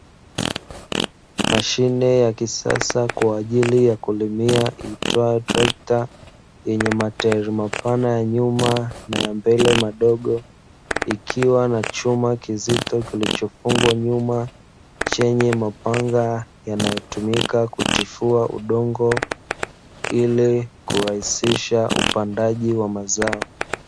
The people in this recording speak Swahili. Mashine ya kisasa kwa ajili ya kulimia iitwayo trekta, yenye matairi mapana nyuma na mbele madogo ikiwa na chuma kizito kilichofungwa nyuma chenye mapanga yanayotumika kutifua udongo ili kurahisisha upandaji wa mazao.